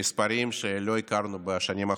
למספרים שלא הכרנו בשנים האחרונות,